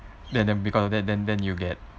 then then because of that then then you'll get